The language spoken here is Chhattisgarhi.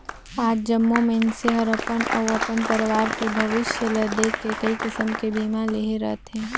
आज जम्मो मइनसे हर अपन अउ अपन परवार के भविस्य ल देख के कइ किसम के बीमा लेहे रथें